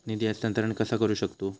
निधी हस्तांतर कसा करू शकतू?